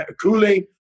cooling